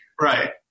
Right